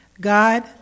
God